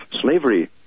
slavery